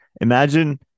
Imagine